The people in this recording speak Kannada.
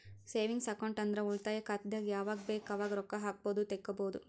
ಸೇವಿಂಗ್ಸ್ ಅಕೌಂಟ್ ಅಂದುರ್ ಉಳಿತಾಯ ಖಾತೆದಾಗ್ ಯಾವಗ್ ಬೇಕ್ ಅವಾಗ್ ರೊಕ್ಕಾ ಹಾಕ್ಬೋದು ತೆಕ್ಕೊಬೋದು